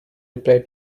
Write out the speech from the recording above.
reply